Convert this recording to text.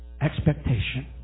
Expectation